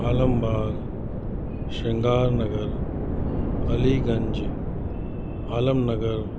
Alam Bagh Singar Nagar Aliganj Alam Nagar